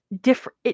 different